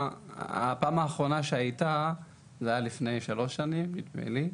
הפעם האחרונה שהתקיים יום העיון הזה הייתה לפני שלוש שני נדמה לי.